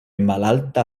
malalta